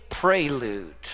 prelude